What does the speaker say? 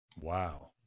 wow